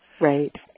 Right